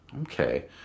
Okay